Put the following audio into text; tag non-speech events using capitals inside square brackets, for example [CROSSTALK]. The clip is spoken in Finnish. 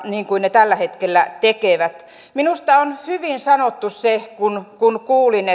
niin kuin ne tällä hetkellä tekevät minusta on hyvin sanottu se minkä kuulin [UNINTELLIGIBLE]